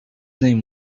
name